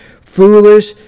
foolish